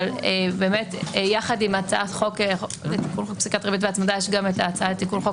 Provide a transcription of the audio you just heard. אבל יחד עם זה יש את ההצעה לתיקון חוק